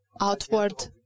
outward